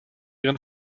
ihren